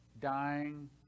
dying